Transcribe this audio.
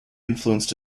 influenced